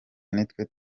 nitwe